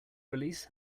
release